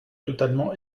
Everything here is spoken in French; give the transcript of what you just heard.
totalement